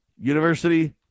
University